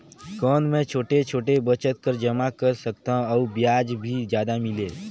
कौन मै छोटे छोटे बचत कर जमा कर सकथव अउ ब्याज भी जादा मिले?